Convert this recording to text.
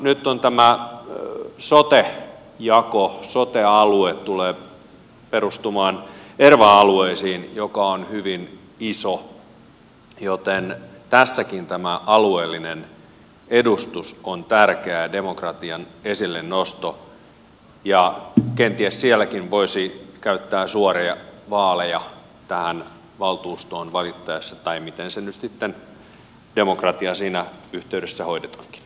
nyt on tämä sote jako sote alueet tulevat perustumaan erva alueisiin jotka ovat hyvin isoja joten tässäkin tämä alueellinen edustus ja demokratian esillenosto on tärkeää ja kenties sielläkin voisi käyttää suoria vaaleja tähän valtuustoon valittaessa tai miten se nyt sitten demokratia siinä yhteydessä hoidetaankin